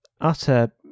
utter